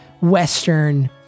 Western